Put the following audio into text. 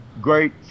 great